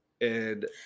and-